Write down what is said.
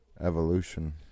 Evolution